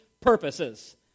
purposes